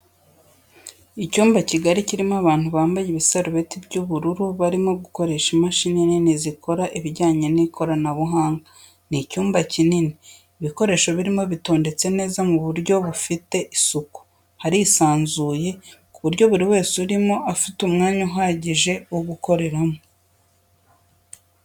Icyumba kigari kirimo abantu bambaye ibisarubeti by'ubururu barimo gukoresha imashini nini zikora ibijyanye n'ikoranabuhanga, ni icyumba kinini, ibikoresho birimo bitondetse neza mu buryo bufite isuku, harisanzuye ku buryo buri wese urimo afite umwanya uhagije wo gukoreramo.